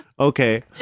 Okay